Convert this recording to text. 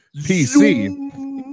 PC